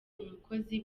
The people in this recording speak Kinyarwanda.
umukozi